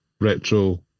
retro